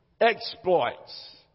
exploits